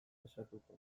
kexatuko